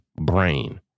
brain